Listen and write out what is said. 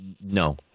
no